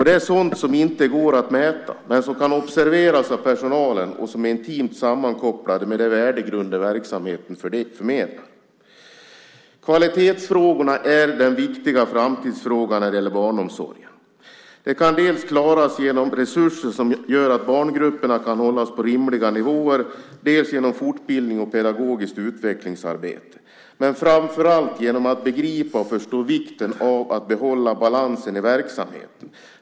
Det är sådant som inte går att mäta men som kan observeras av personalen och som är intimt sammankopplat med den värdegrund som verksamheten förmedlar. Kvaliteten är den viktiga framtidsfrågan när det gäller barnomsorgen. Den kan klaras dels genom resurser som gör att barngrupperna kan hållas på rimliga nivåer, dels genom fortbildning och pedagogiskt utvecklingsarbete, men framför allt genom att förstå vikten av att behålla balansen i verksamheten.